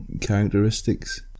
characteristics